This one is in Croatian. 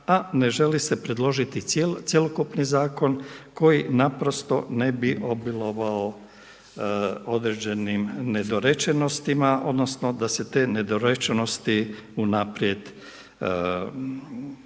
a ne želi se predložiti cjelokupni zakon koji naprosto ne bi obilovao određenim nedorečenostima, odnosno da se te nedorečenosti unaprijed izbjegnu